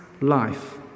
life